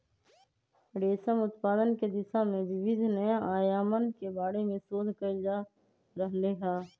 रेशम उत्पादन के दिशा में विविध नया आयामन के बारे में शोध कइल जा रहले है